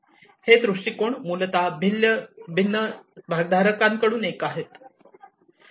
हे दृष्टिकोन मूलत भिन्न भागधारकांकडून येत आहेत